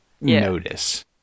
notice